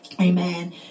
Amen